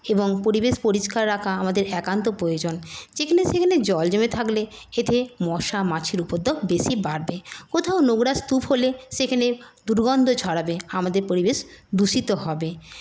এবং পরিবেশ পরিষ্কার রাখা আমাদের একান্ত প্রয়োজন যেখানে সেখানে জল জমে থাকলে এতে মশা মাছির উপদ্রব বেশি বাড়বে কোথাও নোংরা স্তূপ হলে সেখানে দূর্গন্ধ ছড়াবে আমাদের পরিবেশ দূষিত হবে